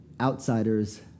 Outsiders